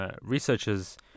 researchers